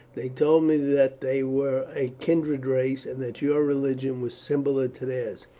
they told me that they were a kindred race, and that your religion was similar to theirs.